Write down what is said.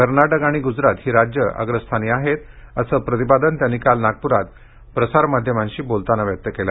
कर्नाटक आणि गुजरात ही राज्ये अग्रस्थानी आहेत असे प्रतिपादन त्यांनी काल नागपुरात प्रसारमाध्यमांशी बोलतांना केले